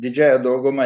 didžiąja dauguma